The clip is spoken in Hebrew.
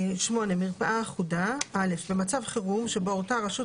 מרפאה אחודה במצב חירום שבו הורתה הרשות